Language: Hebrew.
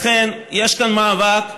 לכן, יש כאן מאבק,